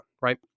right